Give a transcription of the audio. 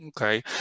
Okay